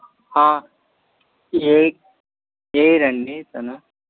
ఏ ఏ ఇయర్ అండి తను